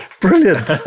Brilliant